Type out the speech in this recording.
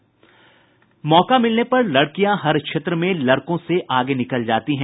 मौका मिलने पर लड़कियां हर क्षेत्र में लड़कों से आगे निकल जाती है